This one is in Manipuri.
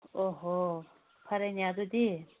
ꯑꯣ ꯍꯣ ꯐꯔꯦꯅꯦ ꯑꯗꯨꯗꯤ